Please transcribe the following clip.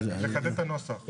לחדד את הנוסח.